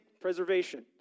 preservation